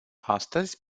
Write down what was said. astăzi